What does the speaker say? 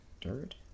dirt